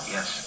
Yes